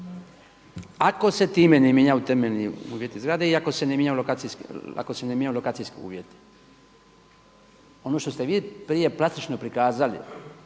ako se time ne mijenjaju temeljni uvjeti zgrade i ako se ne mijenjaju lokacijski uvjeti. Ono što ste vi prije …/Govornik